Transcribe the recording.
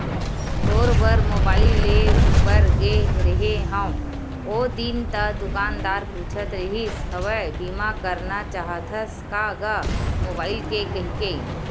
तोर बर मुबाइल लेय बर गे रेहें हव ओ दिन ता दुकानदार पूछत रिहिस हवय बीमा करना चाहथस का गा मुबाइल के कहिके